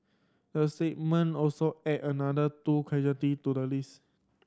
the statement also added another two casualty to the list